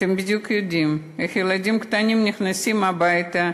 אתם יודעים בדיוק איך זה ילדים קטנים: נכנסים הביתה,